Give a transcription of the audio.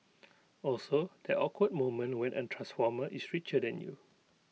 also that awkward moment when A transformer is richer than you